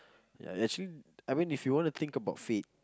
ya actually I mean if you wanna think about fate